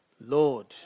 Lord